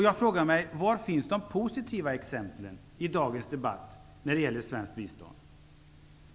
Jag frågar mig: Var finns de positiva exemplen i dagens debatt när det gäller svenskt bistånd?